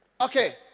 Okay